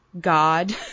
God